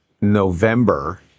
November